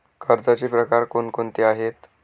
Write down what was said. कर्जाचे प्रकार कोणकोणते आहेत?